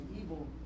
evil